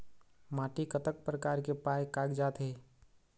माटी कतक प्रकार के पाये कागजात हे?